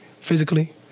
physically